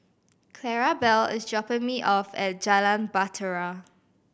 Clarabelle is dropping me off at Jalan Bahtera